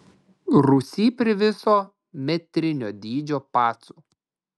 rūsy priviso metrinio dydžio pacų